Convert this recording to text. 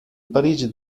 parigi